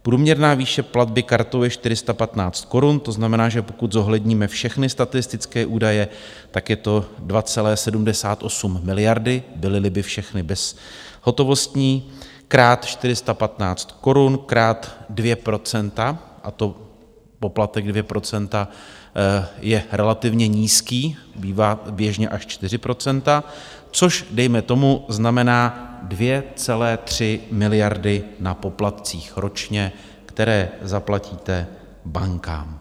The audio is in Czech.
Průměrná výše platby kartou je 415 korun, to znamená, že pokud zohledníme všechny statistické údaje, tak je to 2,78 miliardy, bylyli by všechny bezhotovostní, krát 415 korun, krát 2 %, a to poplatek 2 % je relativně nízký, bývá běžně až 4 %, což dejme tomu znamená 2,3 miliardy na poplatcích ročně, které zaplatíte bankám.